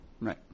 Right